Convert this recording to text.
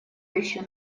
еще